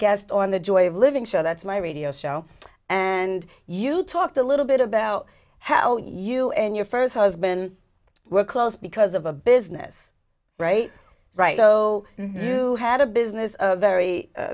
guest on the joy of living show that's my radio show and you talked a little bit about how you and your first husband were close because of a business right right so you had a business very